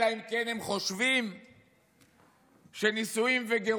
אלא אם כן הם חושבים שנישואיו וגירושין